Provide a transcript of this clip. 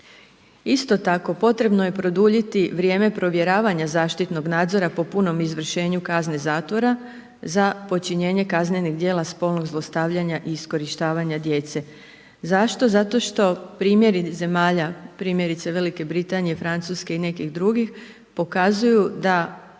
Isto tako, potrebno je produljiti vrijeme provjeravanja zaštitnog nadzora po punom izvršenju kazne zatvora za počinjenje kaznenih djela spolnog zlostavljanja i iskorištavanja djece. Zašto? Zato što primjeri zemalja, primjerice Velike Britanije, Francuske i nekih drugih pokazuju da